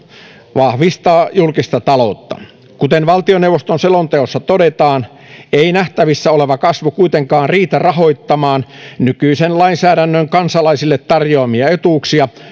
vahvistaa julkista taloutta kuten valtioneuvoston selonteossa todetaan ei nähtävissä oleva kasvu kuitenkaan riitä rahoittamaan nykyisen lainsäädännön kansalaisille tarjoamia etuuksia